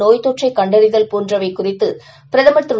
நோய்த்தொற்றைகண்டறிதல் போன்றவைகுறித்துபிரதமா் திரு